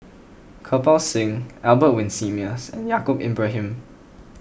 Kirpal Singh Albert Winsemius and Yaacob Ibrahim